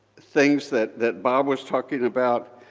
things that that bob was talking about,